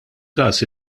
każ